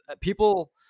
People